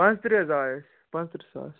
پانٛژھ تٕرٛہ حظ آیہِ اَسہِ پانٛژھ تٕرٛہ ساس